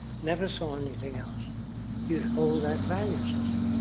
never saw anything else you'd hold that value system.